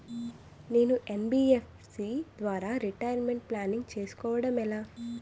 నేను యన్.బి.ఎఫ్.సి ద్వారా retirement planning చేసుకోవడం ఎలా?